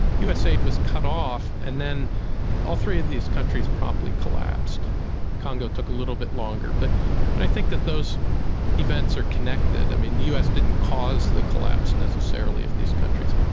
us aid was cut off and then all three of these countries promptly collapsed congo took a little bit longer. but but i think that those events are connected. i mean, the us didn't cause the collapse, necessarily, of these countries,